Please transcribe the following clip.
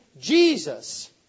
Jesus